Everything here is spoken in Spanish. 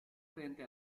frente